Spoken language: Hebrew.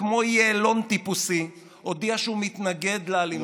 כמו יעלון טיפוסי, הודיע שהוא מתנגד לאלימות.